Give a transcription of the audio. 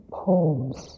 poems